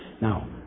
Now